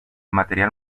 material